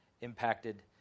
impacted